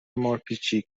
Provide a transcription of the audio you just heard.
مارپیچی